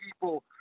people